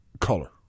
color